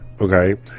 okay